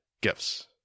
Gifts